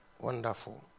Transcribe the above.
Wonderful